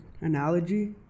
analogy